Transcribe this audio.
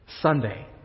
Sunday